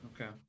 Okay